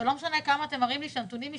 לא משנה כמה אתם מראים לי שהנתונים משתפרים,